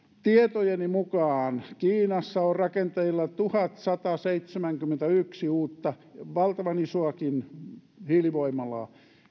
tietojeni mukaan kiinassa on rakenteilla tuhatsataseitsemänkymmentäyksi uutta valtavan isoakin hiilivoimalaa